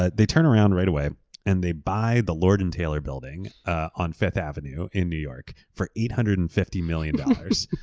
ah they turnaround right away and they buy the lord and taylor building on fifth avenue in new york for eight hundred and fifty million dollars,